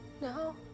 No